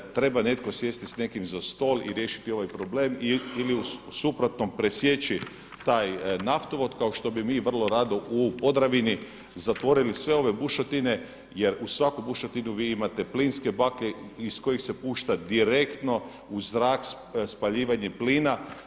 Treba neko sjesti s nekim za stol i riješiti ovaj problem ili u suprotnom presjeći taj naftovod kao što bi mi vrlo rado u Podravini zatvorili sve ove bušotine jer u svaku bušotinu vi imate plinske baklje iz kojih se pušta direktno u zrak spaljivanje plina.